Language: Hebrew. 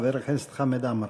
חבר הכנסת חמד עמאר.